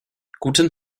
guten